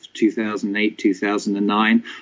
2008-2009